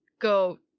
go